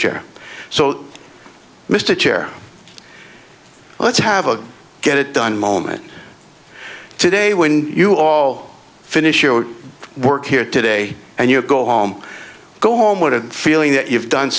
chair so mr chair let's have a get it done moment today when you all finish your work here today and you go home go home with the feeling that you've done